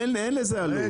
אין לזה עלות.